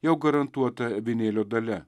jau garantuota avinėlio dalia